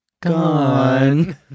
Gone